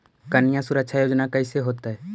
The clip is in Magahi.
कन्या सुरक्षा योजना कैसे होतै?